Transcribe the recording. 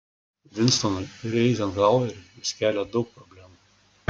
vinstonui ir eizenhaueriui jis kelia daug problemų